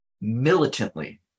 militantly